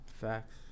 Facts